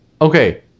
Okay